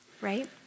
right